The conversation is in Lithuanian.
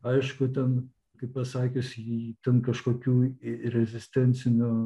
aišku ten kaip pasakius jį ten kažkokių i rezistencinio